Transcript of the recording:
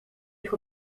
ich